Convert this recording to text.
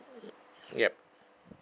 yup